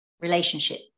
relationship